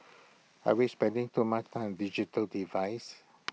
are we spending too much time digital devices